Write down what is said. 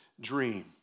dream